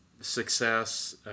success